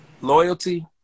Loyalty